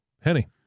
Henny